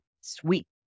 sweet